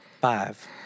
Five